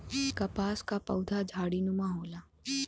कपास क पउधा झाड़ीनुमा होला